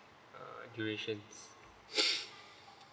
uh duration